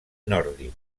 nòrdic